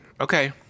Okay